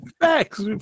Facts